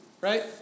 right